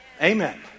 Amen